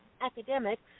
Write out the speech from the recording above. academics